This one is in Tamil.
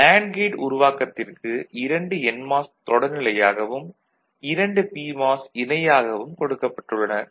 ஆக நேண்டு கேட் உருவாக்கத்திற்கு இரண்டு என்மாஸ் தொடர்நிலையாகவும் இரண்டு பிமாஸ் இணையாகவும் கொடுக்கப்பட்டுள்ளன